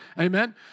Amen